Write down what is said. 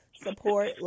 support